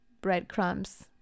breadcrumbs